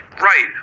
Right